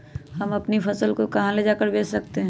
हम अपनी फसल को कहां ले जाकर बेच सकते हैं?